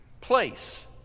place